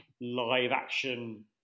live-action